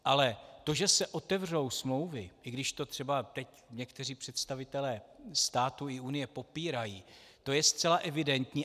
Ale to, že se otevřou smlouvy, i když to třeba teď někteří představitelé státu i Unie popírají, to je zcela evidentní.